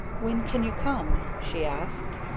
when can you come? she asked.